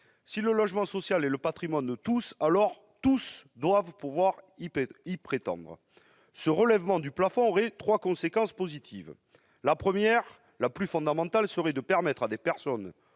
Si le logement social est le patrimoine de tous, alors tous doivent pouvoir y prétendre ! Ce relèvement du plafond aurait deux conséquences positives : la première, la plus fondamentale, serait de permettre à des personnes